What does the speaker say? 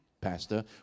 Pastor